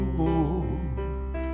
more